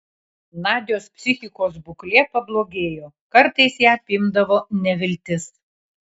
nadios psichikos būklė pablogėjo kartais ją apimdavo neviltis